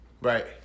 Right